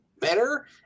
better